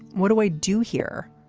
what do i do here?